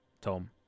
Tom